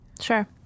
Sure